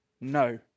No